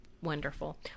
wonderful